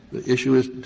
the issue is